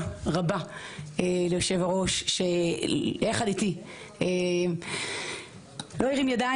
רבה ליושב-ראש שיחד איתי לא הרים ידיים,